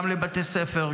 גם לבתי ספר,